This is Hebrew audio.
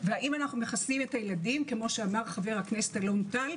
והאם אנו מחסנים את הילדים כפי שאמר חבר הכנסת אלון גל,